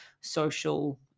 social